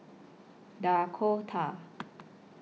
Dakota